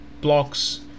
blocks